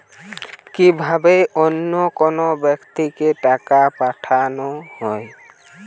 কি ভাবে অন্য কোনো ব্যাক্তিকে টাকা পাঠানো হয়?